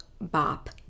bop